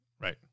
right